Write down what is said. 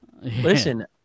listen